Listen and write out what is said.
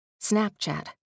Snapchat